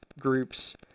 groups